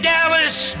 Dallas